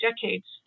decades